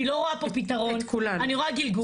אני לא רואה פה פתרון, אני רואה גלגול.